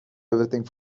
everything